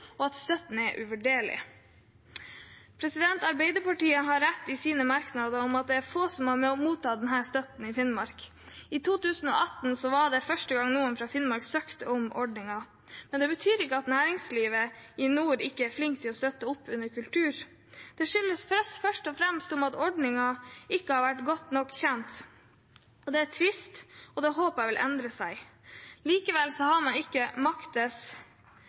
og at støtten er uvurderlig. Arbeiderpartiet har rett i sine merknader om at det er få som har mottatt denne støtten i Finnmark. I 2018 var det første gang noen fra Finnmark søkte gjennom ordningen, men det betyr ikke at næringslivet ikke er flinke til å støtte opp under kultur i Finnmark, det skyldes først og fremst at ordningen ikke har vært godt nok kjent. Det er trist, og det håper jeg vil endre seg. Likevel har man ikke